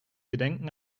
gedenken